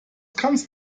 kannst